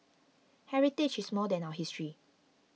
heritage is more than our history